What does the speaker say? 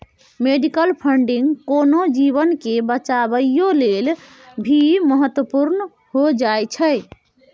medical funding कोनो जीवन के बचाबइयो लेल भी महत्वपूर्ण हो जाइ छइ